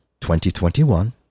2021